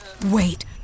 wait